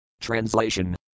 Translation